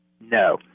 No